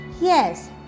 Yes